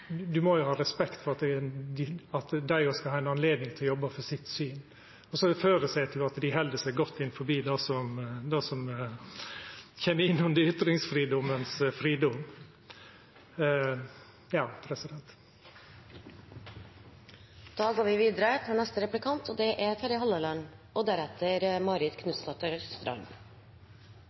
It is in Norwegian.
må jo ha respekt for at dei også skal ha anledning til å jobba for sitt syn. Så føreset eg at dei held seg godt innanfor det som kjem inn under ytringsfridomen. Jeg ønsker å følge opp representanten når det gjelder de grønne arbeidsplassene. Vi